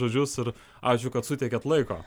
žodžius ir ačiū kad suteikėte laiko